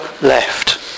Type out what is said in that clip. left